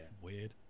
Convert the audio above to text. weird